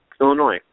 Illinois